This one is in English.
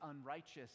unrighteous